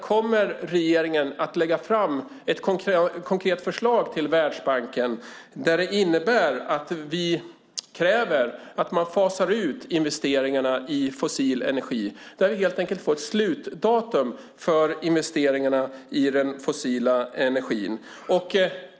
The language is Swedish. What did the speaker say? Kommer regeringen att lägga fram ett konkret förslag till Världsbanken som innebär att vi kräver att man fasar ut investeringarna i fossil energi och att vi får ett slutdatum för investeringarna i den fossila energin?